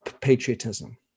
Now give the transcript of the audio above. patriotism